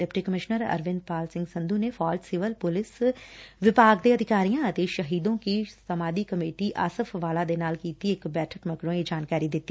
deputy commissioner Arvindpal Singh Sandhu ਨੇ ਫੌਜ civil police ਵਿਭਾਗ ਦੇ ਅਧਿਕਾਰੀਆਂ ਅਤੇ ਸ਼ਹੀਦੋ ਕੀ ਸਮਾਧੀ ਕਮੇਟੀ ਆਸਫ਼ਵਾਲਾ ਦੇ ਨਾਲ ਕੀਤੀ ਇਕ ਬੈਠਕ ਮਗਰੋ ਦਿੱਤੀ